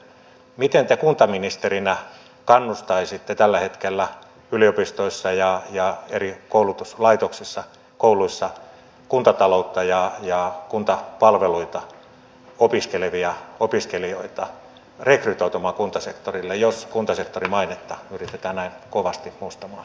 miten te kuntaministerinä kannustaisitte tällä hetkellä yliopistoissa ja eri koulutuslaitoksissa kouluissa kuntataloutta ja kuntapalveluita opiskelevia opiskelijoita rekrytoitumaan kuntasektorille jos kuntasektorin mainetta yritetään näin kovasti mustamaalata